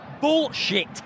bullshit